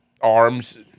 arms